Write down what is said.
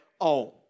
own